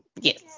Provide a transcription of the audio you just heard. Yes